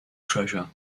treasure